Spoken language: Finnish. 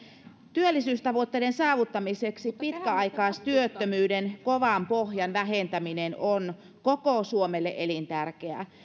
työllisyystavoitteiden saavuttamiseksi pitkäaikaistyöttömyyden kovan pohjan vähentäminen on koko suomelle elintärkeää